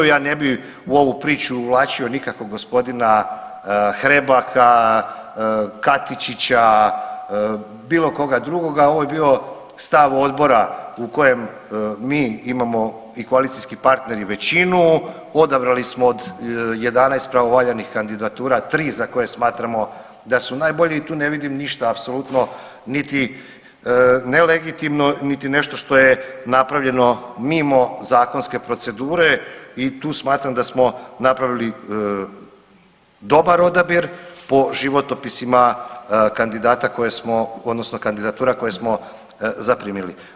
Ja ne bi u ovu priču uvlačio nikako g. Hrebaka, Katičića, bilo koga drugoga, ovo je bio stav odbora u kojem mi imamo i koalicijski partneri većinu, odabrali smo od 11 pravovaljanih kandidatura tri za koje smatramo da su najbolje i tu ne vidim ništa apsolutno niti nelegitimno niti nešto što je napravljeno mimo zakonske procedure i tu smatram da smo napravili dobar odabir po životopisima kandidata koje smo, odnosno kandidatura koje smo zaprimili.